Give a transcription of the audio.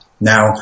Now